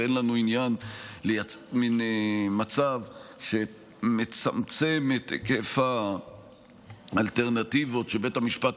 ואין לנו עניין לייצר מצב שמצמצם את היקף האלטרנטיבות שבית המשפט